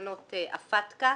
ולתקנות הפטק"א,